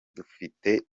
dufite